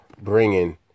bringing